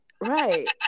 right